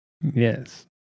Yes